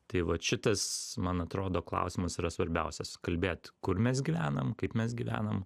tai vat šitas man atrodo klausimas yra svarbiausias kalbėt kur mes gyvenam kaip mes gyvenam